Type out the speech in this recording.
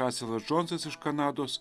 raselas džonsas iš kanados